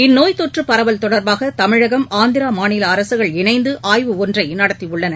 இந்நோய் தொற்று பரவல் தொடர்பாக தமிழகம் ஆந்திரா மாநில அரசுகள் இணைந்து ஆய்வு ஒன்றை நடத்தியுள்ளன